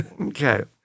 Okay